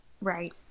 Right